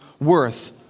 worth